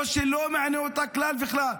או שלא מעניין אותה כלל וכלל?